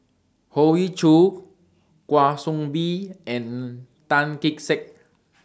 Hoey Choo Kwa Soon Bee and Tan Kee Sek